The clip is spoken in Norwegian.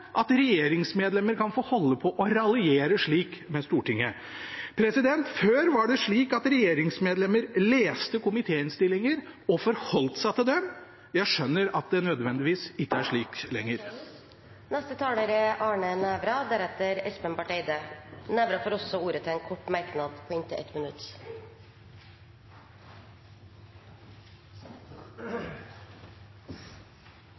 at regjeringsmedlemmer kan få holde på og raljere slik med Stortinget. Før var det slik at regjeringsmedlemmer leste komitéinnstillinger og forholdt seg til dem. Jeg skjønner at det ikke nødvendigvis er slik lenger. Representanten Arne Nævra har hatt ordet to ganger tidligere og får ordet til en kort merknad, begrenset til 1 minutt.